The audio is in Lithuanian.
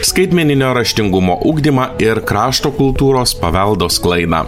skaitmeninio raštingumo ugdymą ir krašto kultūros paveldo sklaidą